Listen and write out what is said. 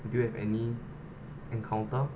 do you have any encounter